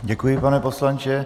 Děkuji, pane poslanče.